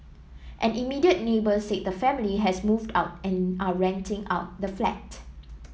an immediate neighbour said the family has moved out and are renting out the flat